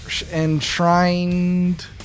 enshrined